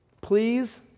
Please